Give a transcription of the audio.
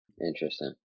Interesting